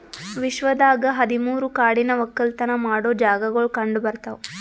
ವಿಶ್ವದಾಗ್ ಹದಿ ಮೂರು ಕಾಡಿನ ಒಕ್ಕಲತನ ಮಾಡೋ ಜಾಗಾಗೊಳ್ ಕಂಡ ಬರ್ತಾವ್